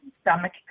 stomach